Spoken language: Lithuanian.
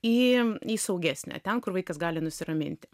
į saugesnę ten kur vaikas gali nusiraminti